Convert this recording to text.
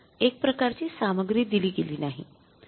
आता आपल्याला एक प्रकारची सामग्री दिली गेली नाही